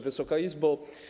Wysoka Izbo!